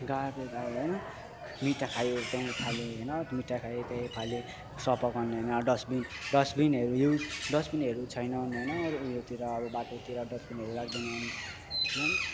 गएर होइन मिठाई खायो त्यहीँ फाल्यो होइन मिठाई खायो त्यहीँ फाल्यो सफा गर्नेमा डस्टबिन डस्टबिनहरू युज डस्बिनहरू छैन भने होइन उयोतिर अब बाटोतिर डस्टबिनहरू राख्दैन